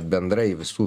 bendrai visų